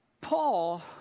Paul